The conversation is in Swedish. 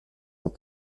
att